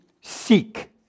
seek